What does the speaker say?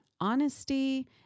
honesty